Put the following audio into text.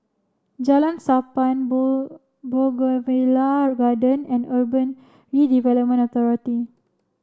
Jalan Sappan Bougainvillea Garden and Urban Redevelopment Authority